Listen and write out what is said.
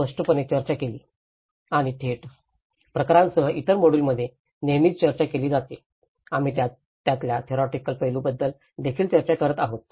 आणि थेट प्रकरणांसह इतर मॉड्यूल्समध्ये नेहमीच चर्चा केली जाते आम्ही त्यातल्या थेरिओटिकल पैलूंबद्दल देखील चर्चा करीत आहोत